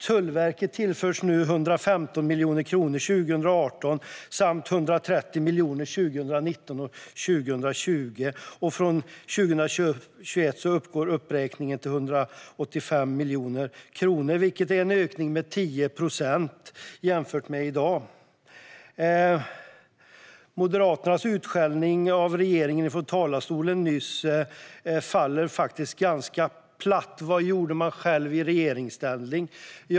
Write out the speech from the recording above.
Tullverket tillförs nu 115 miljoner kronor 2018 samt 130 miljoner 2019 och 2020. Från 2021 uppgår uppräkningen till 185 miljoner kronor, vilket är en ökning med 10 procent jämfört med i dag. Moderaternas utskällning av regeringen från talarstolen nyss faller ganska platt. Vad gjorde man själv i regeringsställning?